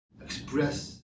express